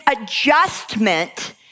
adjustment